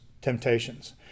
temptations